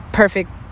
perfect